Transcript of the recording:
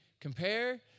compare